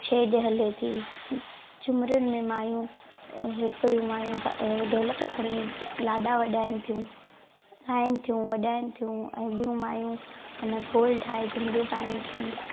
छेॼ हले थी झूमरियुनि में मायूं हिकिड़ी माई ढोलक खणी लाॾा वॼाइनि थियूं ॻाइनि थियूं वॼाइनि थियूं ऐं ॿियूं मायूं अञा गोलु ठाहे झूमरियूं पाइनि थियूं